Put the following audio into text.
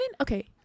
okay